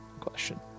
Question